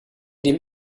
dem